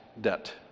debt